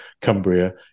Cumbria